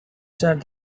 said